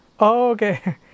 okay